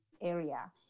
area